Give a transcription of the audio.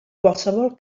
qualsevol